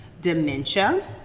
dementia